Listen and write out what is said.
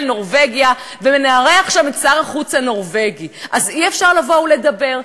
ציני, וצריך לבוא ולבדוק